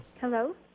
Hello